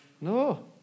no